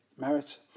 merit